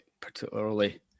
particularly